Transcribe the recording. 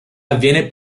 avviene